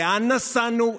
לאן נסענו,